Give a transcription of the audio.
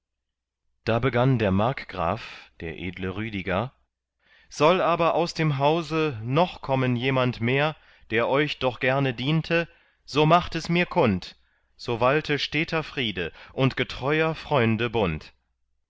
da begann der markgraf der edle rüdiger soll aber aus dem hause noch kommen jemand mehr der euch doch gerne diente so macht es mir kund so walte steter friede in getreuer freunde bund